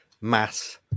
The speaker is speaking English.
Mass